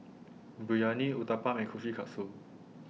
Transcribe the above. Biryani Uthapam and Kushikatsu